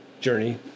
journey